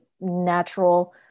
natural